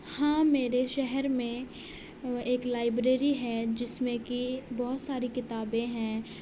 ہاں میرے شہر میں ایک لائبریری ہے جس میں کہ بہت ساری کتابیں ہیں